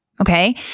okay